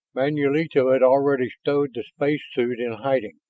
manulito had already stowed the space suit in hiding.